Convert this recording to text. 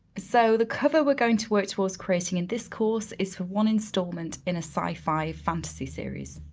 so the cover we're going to work towards creating in this course is for one installment in a sci-fi fantasy series.